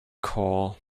call